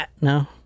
No